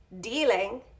dealing